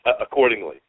accordingly